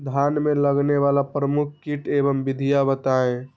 धान में लगने वाले प्रमुख कीट एवं विधियां बताएं?